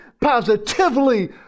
positively